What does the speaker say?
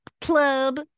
club